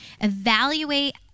evaluate